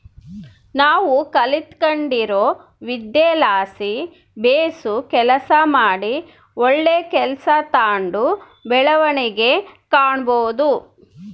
ನಾವು ಕಲಿತ್ಗಂಡಿರೊ ವಿದ್ಯೆಲಾಸಿ ಬೇಸು ಕೆಲಸ ಮಾಡಿ ಒಳ್ಳೆ ಕೆಲ್ಸ ತಾಂಡು ಬೆಳವಣಿಗೆ ಕಾಣಬೋದು